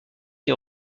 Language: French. qui